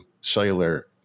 Cellular